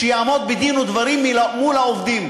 שיעמוד בדין ודברים מול העובדים.